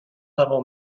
level